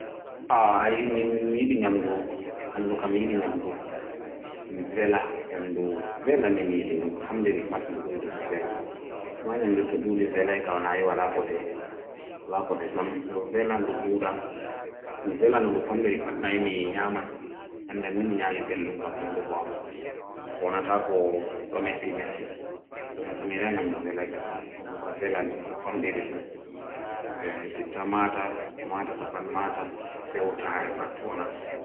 Ahi, miɗo yiɗi nyamugo laawol maɓɓe, waɗi sewtaare. Miɗo ndiyam no laawol e leemune, suufere, e dukkan ɗe ɗi waɗi gasi. Sewtaare waɗi miɗo jangata, ɓe wondi ka hoore. Amma ɗum wartii ne, miɗo gasa nyamugo kossam, supu, walla dotti ɗi ndiyam. Ko waɗi waɗi, e ɓuri miɗo waawi wañugo sewtaare.